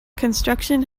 construction